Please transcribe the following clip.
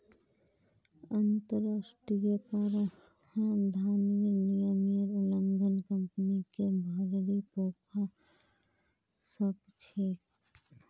अंतरराष्ट्रीय कराधानेर नियमेर उल्लंघन कंपनीक भररी पोरवा सकछेक